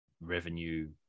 revenue